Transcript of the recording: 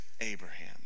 Abraham